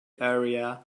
area